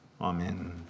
Amen